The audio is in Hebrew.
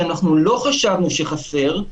שאנחנו לא חשבנו שחסר,